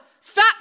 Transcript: fat